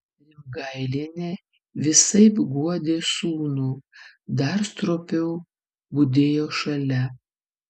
rimgailienė visaip guodė sūnų dar stropiau budėjo šalia